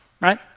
Right